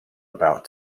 about